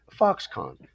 Foxconn